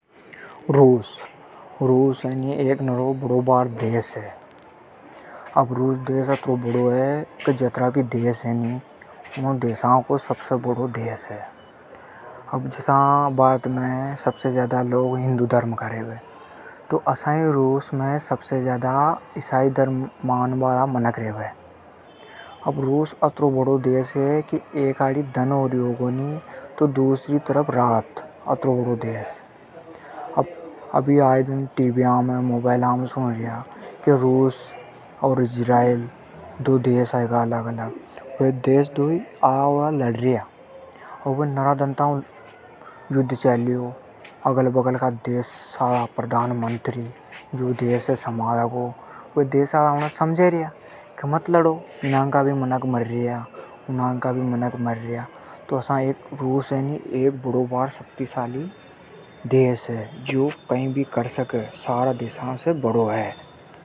रूस एक नरों बड़ों देश है। रूस हेनी जतरा भी देश है उन सबसे बड़ों देश है। जसा भारत में सबसे ज्यादा हिंदू धर्म का रेवे। उसा ही रूस में ईसाई धर्म का लोग ज्यादा रेवे। रूस अतरो बड़ों देश है के एकाडी़ दन होवे तो दूसरी आड़ी रात होवे। आया दन अपण देखर्या के रूस ओर इजरायल दोई देश आला उला लड़र्या। नरा दन तक युद्ध चाल्यो। अगल बगल देश का प्रधानमंत्री उणे समझार्या के मत लड़ो । मनख मर्रया, तो असा रूस एक शक्तिशाली देश है।